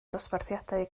dosbarthiadau